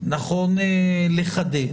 נכון לחדד,